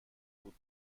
بود